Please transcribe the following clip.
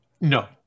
No